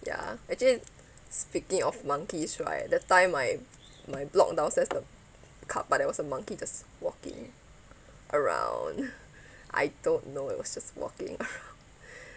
ya actually speaking of monkeys right that time my my block downstairs got car but there was a monkey just walking around I don't know it was just walking